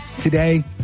today